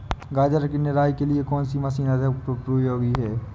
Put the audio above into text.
गाजर की निराई के लिए कौन सी मशीन अधिक उपयोगी है?